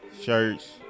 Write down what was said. shirts